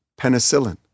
penicillin